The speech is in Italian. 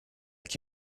chi